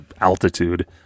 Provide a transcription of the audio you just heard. altitude